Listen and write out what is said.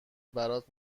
برات